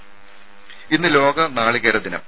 രുമ ഇന്ന് ലോക നാളികേര ദിനം